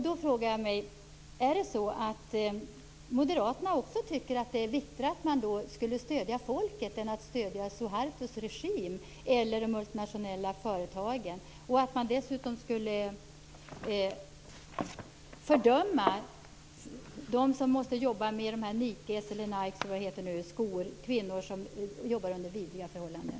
Då frågar jag: Är det så att moderaterna också tycker att det är viktigare att man stöder folket än att stödja Suhartos regim eller de multinationella företagen? Skulle man dessutom fördöma dem som måste jobba med Nikes skor, kvinnor som jobbar under vidriga förhållanden?